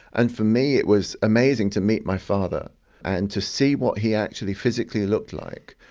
and for me it was amazing to meet my father and to see what he actually physically looked like.